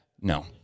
No